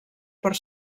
per